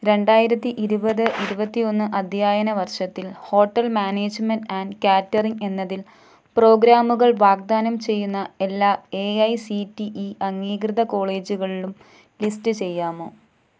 രണ്ടായിരത്തി ഇരുപത് ഇരുപത്തിയൊന്ന് അധ്യയന വർഷത്തിൽ ഹോട്ടൽ മാനേജ്മെന്റ് ആൻഡ് കാറ്ററിംഗ് എന്നതിൽ പ്രോഗ്രാമുകൾ വാഗ്ദാനം ചെയ്യുന്ന എല്ലാ A I C T E അംഗീകൃത കോളേജുകളും ലിസ്റ്റ് ചെയ്യാമോ